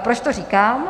Proč to říkám?